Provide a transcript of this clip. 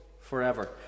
forever